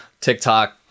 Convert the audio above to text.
TikTok